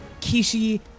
Kishi